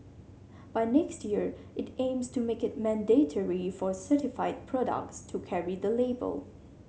by next year it aims to make it mandatory for certified products to carry the label